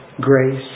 grace